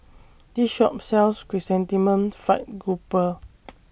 This Shop sells Chrysanthemum Fried Grouper